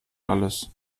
alles